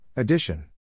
Addition